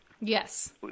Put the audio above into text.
Yes